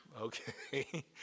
okay